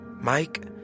Mike